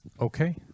okay